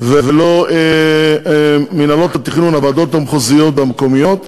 ולא מינהלות התכנון, הוועדות המחוזיות והמקומיות,